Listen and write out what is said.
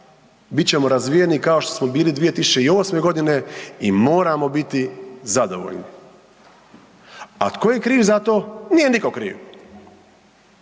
ćemo razvijeni kao što smo bili 2008. godine i moramo biti zadovoljni. A tko je kriv za to? Nije niko kriv.